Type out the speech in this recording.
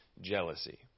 jealousy